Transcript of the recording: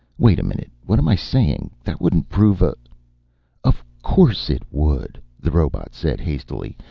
wait a minute, what am i saying? that wouldn't prove a of course it would, the robot said hastily.